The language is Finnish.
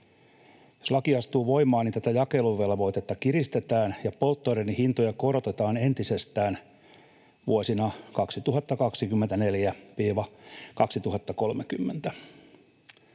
Jos laki astuu voimaan, jakeluvelvoitetta kiristetään ja polttoaineiden hintoja korotetaan entisestään vuosina 2024—2030.